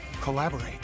collaborate